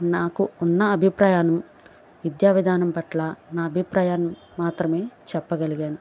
నాకు ఉన్న అభిప్రాయం విద్యా విధానం పట్ల నా అభిప్రాయం మాత్రమే చెప్పగలిగాను